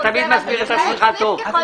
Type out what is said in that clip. אתה תמיד מסביר את עצמך טוב.